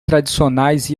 tradicionais